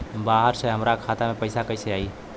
बाहर से हमरा खाता में पैसा कैसे आई?